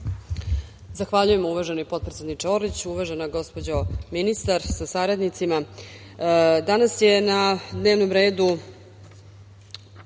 Zahvaljujem, uvaženi potpredsedniče Orliću. Uvažena gospođo ministar sa saradnicima, danas je na dnevnom redu,